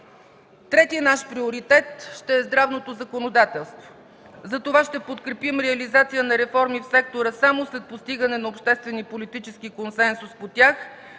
Трети наш приоритет ще е здравното законодателство. Затова ще подкрепим реализация на реформи в сектора само след постигане на обществен и политически консенсус по тях.